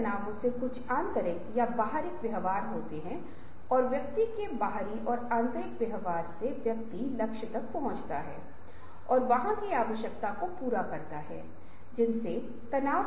प्रक्रिया का अंतिम चरण उपयोग किए गए अखबार में व्यक्तिगत रूप से काँच को लपेटना है